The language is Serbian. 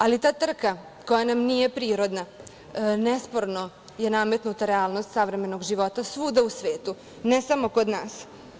Ali, ta trka, koja nam nije prirodna, nesporno je nametnuta realnost savremenog života svuda u svetu, ne samo kod nas.